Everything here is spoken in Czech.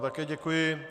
Také děkuji.